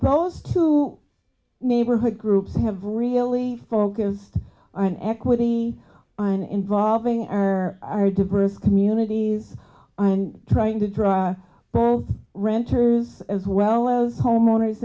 those two neighborhood groups have really focused on equity on involving our our diverse communities and trying to draw both renters as well as homeowners